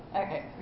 Okay